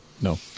no